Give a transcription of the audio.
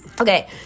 Okay